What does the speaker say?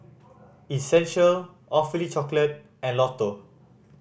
Essential Awfully Chocolate and Lotto